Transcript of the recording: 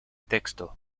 texto